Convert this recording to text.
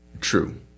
True